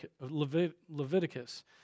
Leviticus